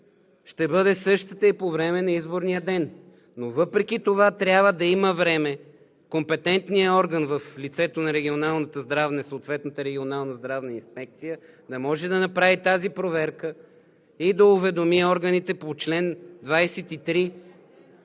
ще бъде същата и по време на изборния ден. Но въпреки това трябва да има време компетентният орган в лицето на съответната регионална здравна инспекция да може да направи тази проверка и да уведоми органите по чл. 23,